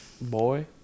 Boy